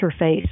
interface